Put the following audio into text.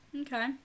Okay